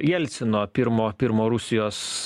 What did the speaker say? jelcino pirmo pirmo rusijos